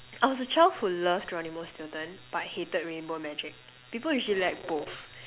I was a child who loved Geronimo-Stilton but hated rainbow magic people usually like both